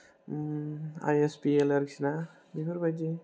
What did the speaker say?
Om I S P L आरोखिना बेफोरबायदि